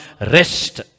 rest